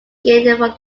gained